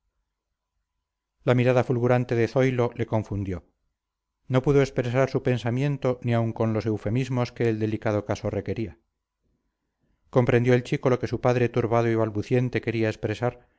la mirada fulgurante de zoilo le confundió no pudo expresar su pensamiento ni aun con los eufemismos que el delicado caso requería comprendió el chico lo que su padre turbado y balbuciente quería expresar